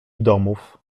domów